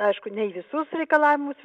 aišku ne į visus reikalavimus